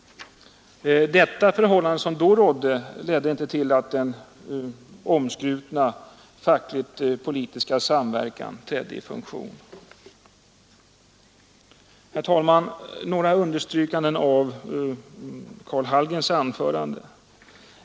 Det förhållande som då rådde ledde inte till att den omskrutna fackligt-politiska samverkan trädde i funktion. Herr talman! Några understrykanden av Karl Hallgrens anförande.